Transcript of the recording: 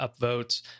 upvotes